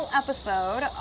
episode